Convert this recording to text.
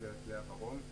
הגברת לאה ורון.